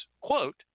quote